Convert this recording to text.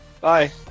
Bye